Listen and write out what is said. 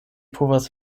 povas